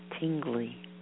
tingly